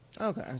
Okay